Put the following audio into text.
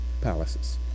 palaces